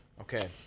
Okay